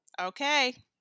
Okay